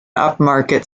upmarket